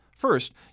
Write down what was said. First